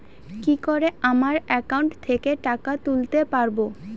কি করে আমার একাউন্ট থেকে টাকা তুলতে পারব?